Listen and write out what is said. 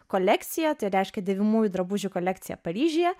kolekciją tai reiškia dėvimųjų drabužių kolekciją paryžiuje